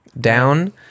down